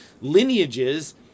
lineages